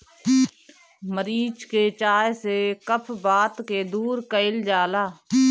मरीच के चाय से कफ वात के दूर कइल जाला